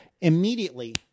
immediately